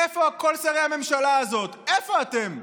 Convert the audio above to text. איפה כל שרי הממשלה הזאת, איפה אתם?